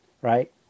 right